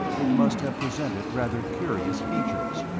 it must have presented rather curious features.